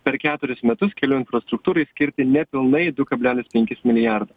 per keturis metus kelių infrastruktūrai skirti nepilnai du kablelis penkis milijardo